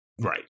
Right